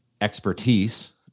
expertise